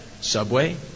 Subway